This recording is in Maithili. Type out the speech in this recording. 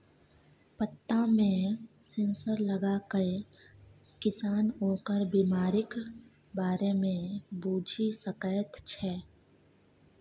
पत्तामे सेंसर लगाकए किसान ओकर बिमारीक बारे मे बुझि सकैत छै